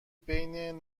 بین